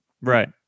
Right